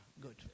good